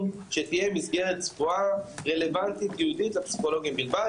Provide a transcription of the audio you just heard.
שתהיה מסגרת צבועה רלוונטית ייעודית לפסיכולוגים בלבד,